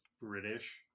British